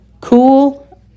cool